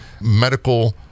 medical